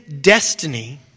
destiny